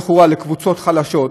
לכאורה לקבוצות חלשות,